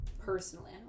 personally